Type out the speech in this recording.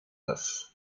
neuf